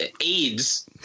AIDS